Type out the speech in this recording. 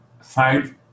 side